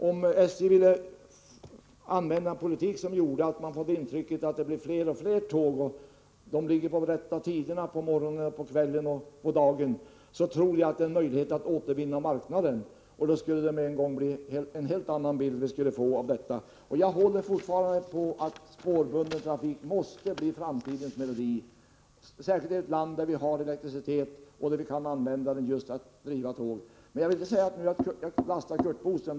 Om SJ ville föra en politik som gav intrycket att det blir fler och fler tåg och att tågen går på rätt tid på morgonen, kvällen och dagen, tror jag att det skulle vara en möjlighet att återvinna marknaden. Då skulle vi med en gång få en helt annan bild av situationen. Jag håller fortfarande fast vid att spårbunden trafik måste bli framtidens melodi, särskilt i ett land där vi har elektricitet som vi kan använda just till att driva tåg. Jaglastar inte Curt Boström för detta.